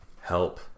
help